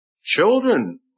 Children